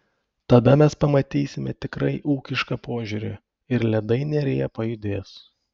tada mes pamatysime tikrai ūkišką požiūrį ir ledai neryje pajudės